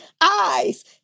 eyes